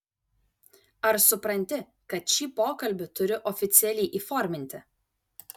ar supranti kad šį pokalbį turiu oficialiai įforminti